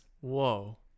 Whoa